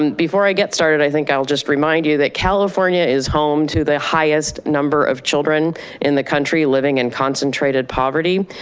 um before i get started, i think i'll just remind you that california is home to the highest number of children in the country living in concentrated poverty.